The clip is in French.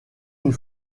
une